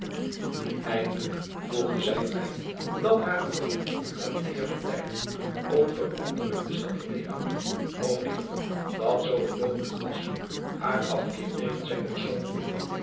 indelijk voegde zij er bij dat hare gevoelens omtrent den eer onveranderlijk dezelfde bleven of liever dat zoo het mogelijk was haar afkeer tegen zijn persoon toenam